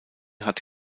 hatte